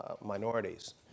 minorities